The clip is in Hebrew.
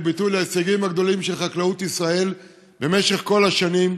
הוא ביטוי להישגים הגדולים של חקלאות ישראל במשך כל השנים,